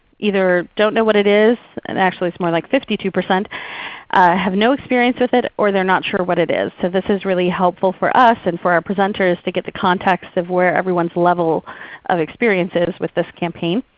either don't know what it is, and actually it's more like fifty two percent have no experience with it, or they're not sure what it is. so this is really helpful for us and for our presenters to get the context of where everyone's level of experience is with this campaign.